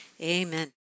amen